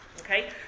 Okay